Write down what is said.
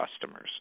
customers